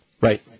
Right